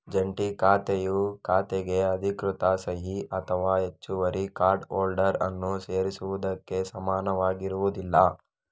ಜಂಟಿ ಖಾತೆಯು ಖಾತೆಗೆ ಅಧಿಕೃತ ಸಹಿ ಅಥವಾ ಹೆಚ್ಚುವರಿ ಕಾರ್ಡ್ ಹೋಲ್ಡರ್ ಅನ್ನು ಸೇರಿಸುವುದಕ್ಕೆ ಸಮನಾಗಿರುವುದಿಲ್ಲ